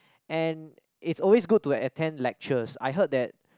and it's always good to attend lectures I heard that